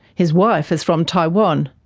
his wife is from taiwan.